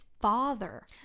father